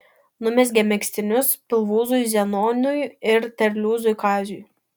numezgė megztinius pilvūzui zenonui ir terliūzui kaziui